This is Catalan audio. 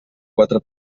quatre